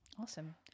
Awesome